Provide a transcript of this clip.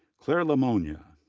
claire lemonnier,